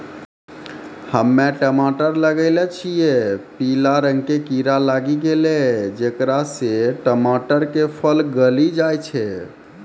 हम्मे टमाटर लगैलो छियै पीला रंग के कीड़ा लागी गैलै जेकरा से टमाटर के फल गली जाय छै?